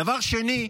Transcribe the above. דבר שני,